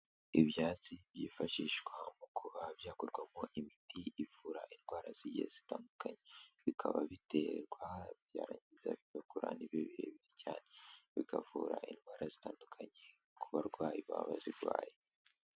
Ibyatsi byifashishwa mu kuba byakorwamo imiti ivura indwara zigiye zitandukanye. Bikaba biterwa byarangiza bigakura ntibibe birebire cyane. Bikavura indwara zitandukanye ku barwayi baba bazirwaye.